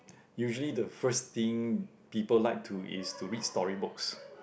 usually the first thing people like to is to read story books